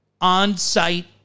on-site